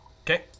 Okay